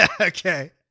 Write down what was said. Okay